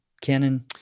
Canon